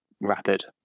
rapid